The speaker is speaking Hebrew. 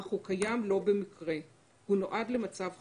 אך הוא קיים לא במקרה: הוא נועד למצב חירום.